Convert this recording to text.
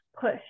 push